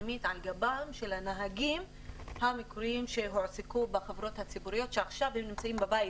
על גבם של הנהגים המקוריים שהועסקו בחברות הציבוריות שעכשיו נמצאים בבית